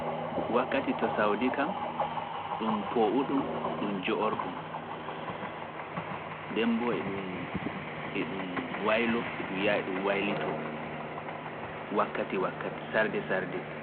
Wakkati to sawdi kam ɗum poowu ɗum ɗum joor ɗum ɗemmbo e ɗum e ɗum waylo e ɗum yaa e ɗum waylito wakkati wakkati sarde sarde